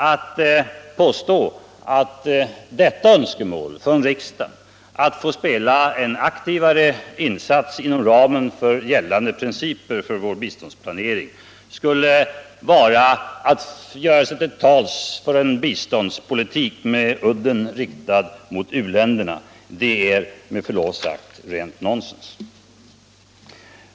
Att påstå att detta önskemål från riksdagen att få spela en aktivare roll inom ramen för gällande principer för vår biståndsplanering skulle vara att göra sig till tals för en biståndspolitik med udden riktad mot u-länderna är, med förlov sagt, rent nonsens.